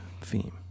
theme